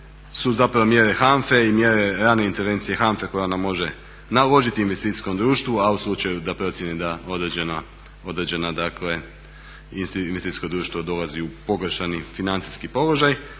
su zapravo mjere HANFA-e i mjere rane intervencije HANFA-e koja nam može naložiti investicijskom društvu, a u slučaju da procijeni da određena, dakle investicijsko društvo dolazi u pogoršani financijski položaj.